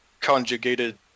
conjugated